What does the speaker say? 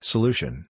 Solution